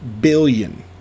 billion